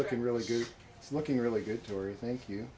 looking really good it's looking really good story thank you